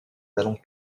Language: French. talents